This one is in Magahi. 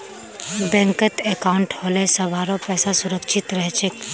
बैंकत अंकाउट होले सभारो पैसा सुरक्षित रह छेक